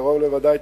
קרוב לוודאי,